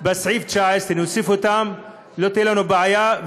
בסעיף 19, נוסיף אותן, לא תהיה לנו בעיה.